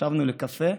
ישבנו לקפה,